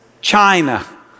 China